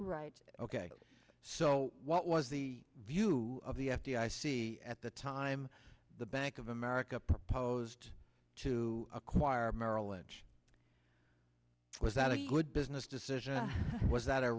right ok so what was the view of the f d i c at the time the bank of america proposed to acquire merrill lynch was that a good business decision or was that a